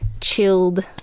chilled